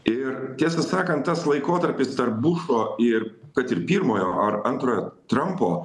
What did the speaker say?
ir tiesą sakan tas laikotarpis tarp bušo ir kad ir pirmojo ar antrojo trampo